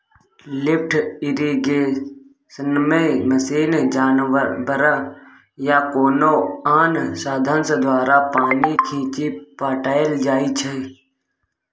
lift इरिगेशनमे machine, जानबर या कोनो आन साधंश द्वारा पानि घीचि पटाएल जाइ छै